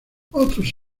otros